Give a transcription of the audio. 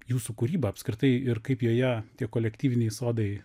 jūsų kūrybą apskritai ir kaip joje tie kolektyviniai sodai